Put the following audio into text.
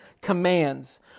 commands